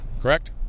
correct